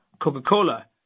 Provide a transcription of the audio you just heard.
Coca-Cola